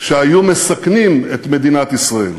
שהיו מסכנים את מדינת ישראל.